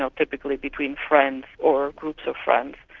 um typically between friends or groups of friends.